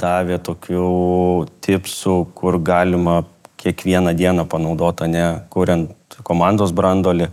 davė tokių trisų kur galima kiekvieną dieną panaudot ane kuriant komandos branduolį